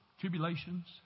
tribulations